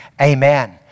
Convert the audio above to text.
Amen